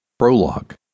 prologue